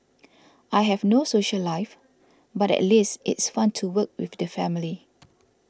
I have no social life but at least it's fun to work with the family